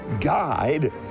guide